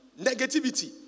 negativity